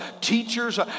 teachers